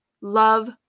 Love